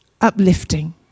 Uplifting